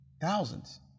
thousands